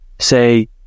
Say